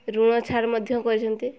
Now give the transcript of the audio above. ଋଣ ଛାଡ଼ ମଧ୍ୟ କରିଛନ୍ତି